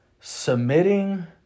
submitting